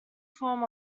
form